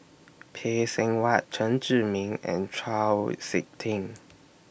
Phay Seng Whatt Chen Zhiming and Chau Sik Ting